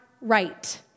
right